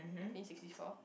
nineteen sixty four